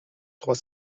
trois